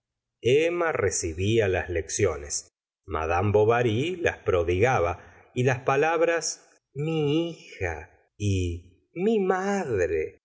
emma recibía las lecciones madame bovary las prodigaba y las palabras mi hija y mi madre